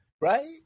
right